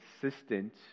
consistent